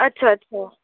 अच्छा अच्छा